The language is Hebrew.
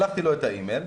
שלחתי לו את האימייל,